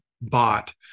bot